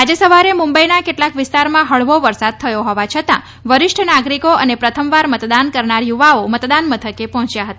આજે સવારે મુંબઇના કેટલાક વિસ્તારમાં હળવો વરસાદ થયો હોવા છતાં વરિષ્ઠ નાગરિકો અને પ્રથમવાર મતદાન કરનાર યુવાઓ મતદાન મથકે પહોંચ્યા હતા